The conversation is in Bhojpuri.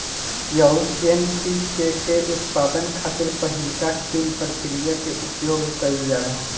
यौगिक एन.पी.के के उत्पादन खातिर पहिलका तीन प्रक्रिया के उपयोग कईल जाला